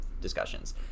discussions